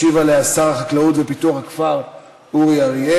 מס' 1131, 1159 ו-1179.